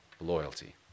loyalty